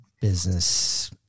business